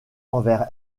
envers